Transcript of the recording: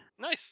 Nice